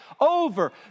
over